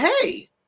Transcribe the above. hey